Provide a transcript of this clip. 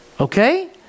Okay